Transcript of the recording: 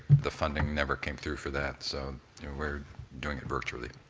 the funding never came through for that, so we're doing it virtually.